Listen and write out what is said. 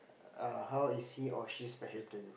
err how is he or she special to you